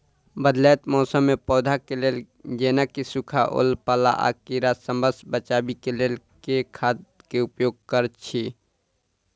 बदलैत मौसम मे पौधा केँ लेल जेना की सुखा, ओला पाला, आ कीड़ा सबसँ बचबई केँ लेल केँ खाद केँ उपयोग करऽ छी?